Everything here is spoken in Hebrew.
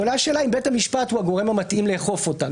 עולה השאלה אם בית המשפט הוא הגורם המתאים לאכוף אותן.